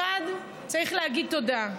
צריך להגיד תודה.